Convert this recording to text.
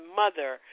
mother